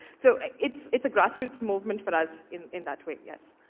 so it's it's a grassroots movement for us in in that way, yes.